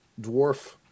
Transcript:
dwarf